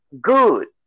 good